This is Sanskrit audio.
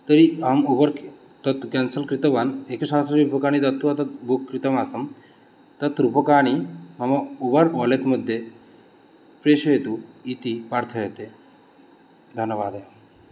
तर्हि अहम् उबर् तत् केन्सल् कृतवान् एकसहस्ररूप्यकाणि दत्त्वा तत् बुक् कृतम् आसं तत् रूप्यकाणि मम उबर् वालेट् मध्ये प्रेषयतु इति पार्थ्यते धन्यवादः